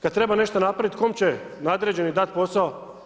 Kada treba nešto napraviti, kom će nadređeni dati posao?